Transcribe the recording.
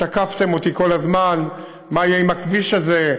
שתקפתם אותי כל הזמן: מה יהיה עם הכביש הזה,